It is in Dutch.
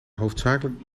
hoofdzakelijk